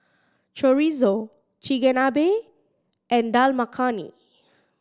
Chorizo Chigenabe and Dal Makhani